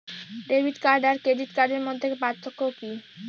Debit card আর credit কার্ডের মধ্যে পার্থক্য কি?